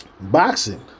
Boxing